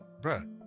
bruh